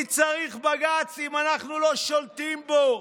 מי צריך בג"ץ אם אנחנו לא שולטים בו.